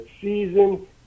season